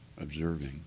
observing